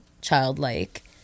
childlike